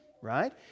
right